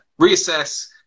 reassess